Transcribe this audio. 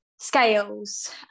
scales